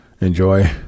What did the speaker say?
enjoy